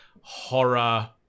horror